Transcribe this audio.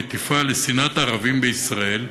המטיפה לשנאת ערבים בישראל,